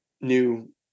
new